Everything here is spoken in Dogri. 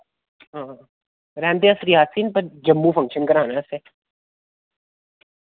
हां रैहन्दे अस रियासी न पर जम्मू फंक्शन कराना असैं